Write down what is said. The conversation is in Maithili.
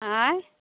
आँय